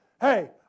hey